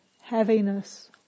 heaviness